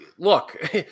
Look